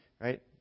right